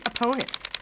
opponents